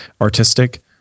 artistic